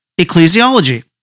ecclesiology